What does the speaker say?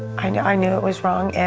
i knew i knew it was wrong. and